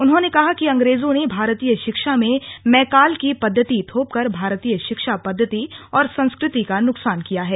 उन्होंने कहा कि अंग्रजों ने भारतीय शिक्षा में मैकाले की पद्धति थोप कर भारतीय शिक्षा पद्धति और संस्कृति का नुकसान किया है